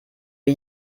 wir